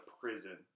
prison